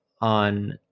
on